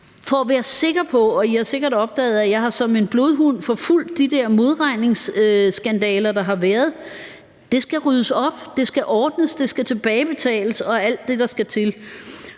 For at være sikker på det – og I har sikkert opdaget, at jeg som en blodhund har forfulgt de der modregningsskandaler, der har været – vil jeg sige: Der skal ryddes op, det skal ordnes, det skal tilbagebetales og alt det, der skal til,